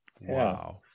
Wow